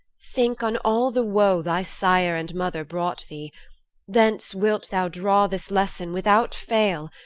think on all the woe thy sire and mother brought thee thence wilt thou draw this lesson without fail,